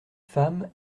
femme